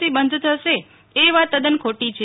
C બંધ થશે એ વાત તદન ખોટી છે